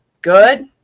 Good